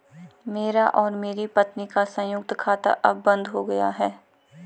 मेरा और मेरी पत्नी का संयुक्त खाता अब बंद हो गया है